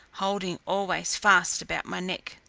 holding always fast about my neck.